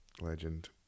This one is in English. Legend